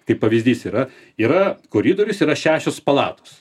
kaip pavyzdys yra yra koridorius yra šešios palatos